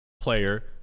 player